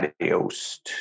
adios